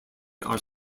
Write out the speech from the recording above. are